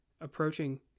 approaching